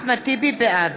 בעד